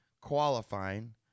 qualifying